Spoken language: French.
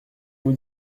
vous